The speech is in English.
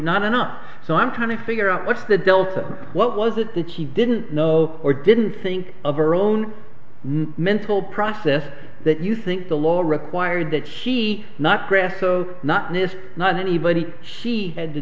not enough so i'm trying to figure out what's the delta what was it that she didn't know or didn't think of her own mental process that you think the law required that she not grasso not this not anybody she had to